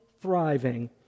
thriving